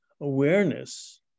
awareness